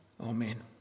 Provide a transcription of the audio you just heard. Amen